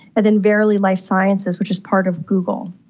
and then verily life sciences which is part of google.